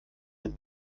den